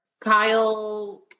Kyle